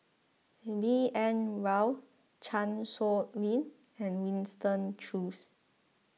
B N Rao Chan Sow Lin and Winston Choos